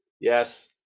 yes